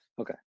Okay